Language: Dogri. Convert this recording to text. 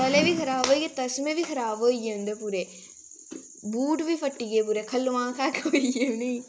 तले बी खराब होई गे तसमे बी खराब होई गे उं'दे पूरे बूट बी फट्टी गे पूरे खल्लुआं घग्ग पेई गे उ'नेंगी